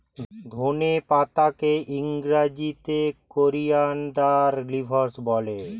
ধনে পাতাকে ইংরেজিতে কোরিয়ানদার লিভস বলে